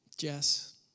Jess